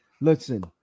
Listen